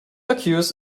occurs